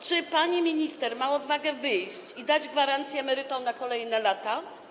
Czy pani minister ma odwagę wyjść i dać gwarancję emerytom na kolejne lata?